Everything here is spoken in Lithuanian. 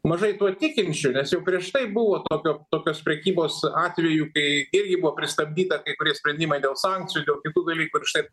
mažai tuo tikinčių nes jau prieš tai buvo tokio tokios prekybos atvejų kai irgi buvo pristabdyta kai kurie sprendimai dėl sankcijų dėl kitų dalykų ir štai